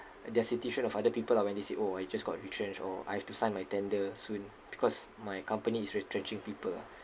the situation of other people lah when they say orh I just got retrenched or I have to sign my tender soon because my company is retrenching people ah